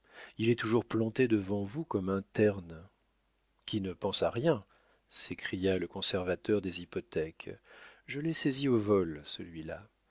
il est toujours planté devant vous comme un terne qui ne pense à rien s'écria le conservateur des hypothèques je l'ai saisi au vol celui-là